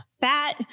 fat